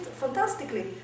fantastically